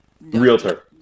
Realtor